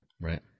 right